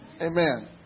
Amen